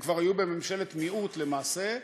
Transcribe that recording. הם כבר היו בממשלת מיעוט למעשה.